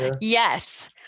Yes